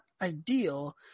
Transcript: ideal